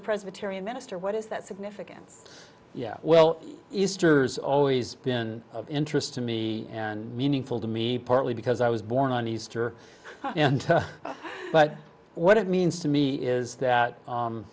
a presbyterian minister what is that significance yeah well easters always been of interest to me and meaningful to me partly because i was born on easter but what it means to me is